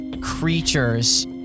creatures